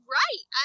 right